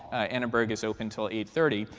annenberg is open till eight thirty.